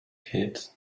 hit